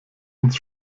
ins